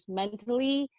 mentally